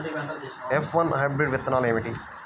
F one hybrid విత్తనాలు ఏమిటి?